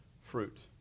fruit